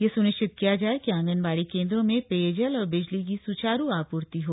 यह स्निश्चित किया जाय कि आंगनबाड़ी केन्द्रों में पेयजल और बिजली की सुचारू आपूर्ति हो